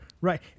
right